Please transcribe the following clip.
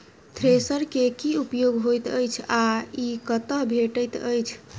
Thresher केँ की उपयोग होइत अछि आ ई कतह भेटइत अछि?